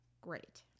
great